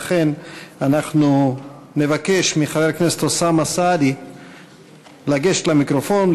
לכן אנחנו נבקש מחבר הכנסת אוסאמה סעדי לגשת למיקרופון,